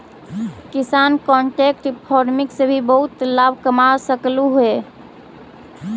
किसान contract farming से भी बहुत लाभ कमा सकलहुं हे